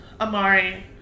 Amari